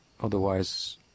otherwise